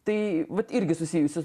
tai vat irgi susijusi